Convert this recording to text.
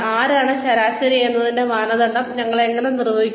ആരാണ് ശരാശരി എന്നതിന്റെ മാനദണ്ഡം ഞങ്ങൾ എങ്ങനെ നിർവചിക്കും